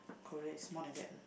Korea is more than that